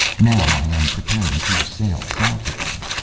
now i am preparing to sail south again.